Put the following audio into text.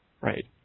Right